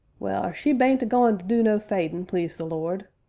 well, she bean't a-goin' to do no fadin', please the lord!